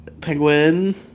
Penguin